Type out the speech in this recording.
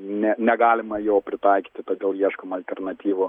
ne negalima jo pritaikyti todėl ieškoma alternatyvų